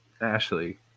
ashley